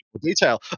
detail